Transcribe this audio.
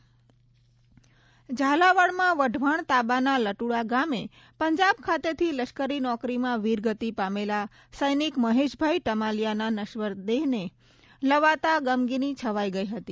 સૈનિકના અંતિમ સંસ્કાર ઝાલાવાડમાં વઢવાણ તાબાના લટુડા ગામે પંજાબ ખાતેથી લશ્કરી નોકરીમાં વીરગતિ પામેલા સૈનિક મહેશભાઇ ટમાલિયાના નશ્વરદેહને લવાતા ગમગીની છવાઇ ગઇ હતી